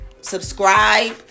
subscribe